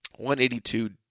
182